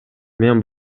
мен